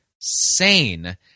sane